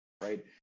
right